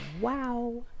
Wow